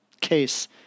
case